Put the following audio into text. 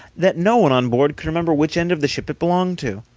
that no one on board could remember which end of the ship it belonged to.